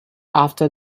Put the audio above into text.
after